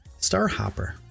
Starhopper